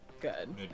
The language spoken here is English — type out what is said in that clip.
Good